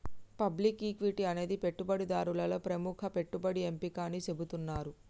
public equity అనేది పెట్టుబడిదారులలో ప్రముఖ పెట్టుబడి ఎంపిక అని చెబుతున్నరు